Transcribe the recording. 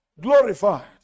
glorified